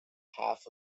half